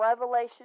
revelation